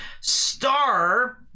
star